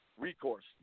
recourse